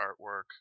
artwork